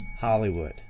hollywood